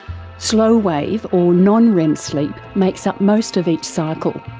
slow wave or non-rem sleep makes up most of each cycle,